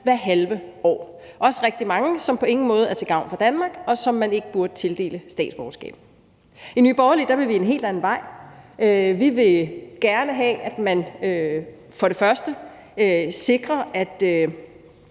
hvert halve år, også rigtig mange, som på ingen måde er til gavn for Danmark, og som man ikke burde tildele statsborgerskab. I Nye Borgerlige vil vi en helt anden vej. Vi vil gerne have, at man først sikrer, at